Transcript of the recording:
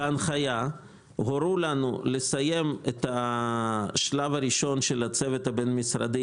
בהנחיה הורו לנו לסיים את השלב הראשון של הצוות הבין משרדי